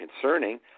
concerning